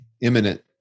imminent